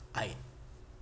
I